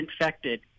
infected